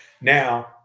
Now